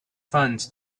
funds